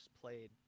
played